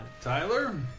Tyler